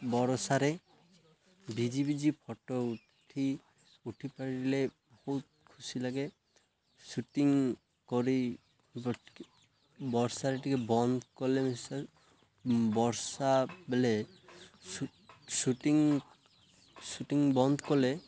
ବର୍ଷାରେ ଭିଜି ଭଜି ଫଟୋ ଉଠି ଉଠି ପାରିଲେ ବହୁତ ଖୁସି ଲାଗେ ସୁଟିଂ କରି ବର୍ଷାରେ ଟିକେ ବନ୍ଦ କଲେ ମି ବର୍ଷା ବେଲେ ସୁ ସୁଟିଂ ସୁଟିଂ ବନ୍ଦ କଲେ